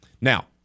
Now